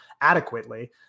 adequately